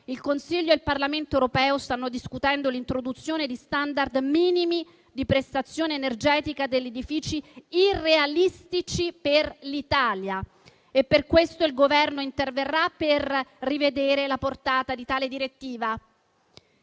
il Consiglio e il Parlamento europeo stanno discutendo l'introduzione di *standard* minimi di prestazione energetica degli edifici irrealistici per l'Italia e per questo il Governo interverrà per rivedere la portata di tale direttiva.